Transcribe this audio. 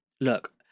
Look